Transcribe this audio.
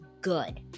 Good